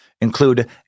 include